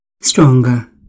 stronger